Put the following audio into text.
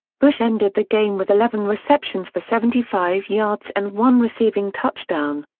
bush ended the game with eleven receptions for seventy five yards and one receiving touchdown.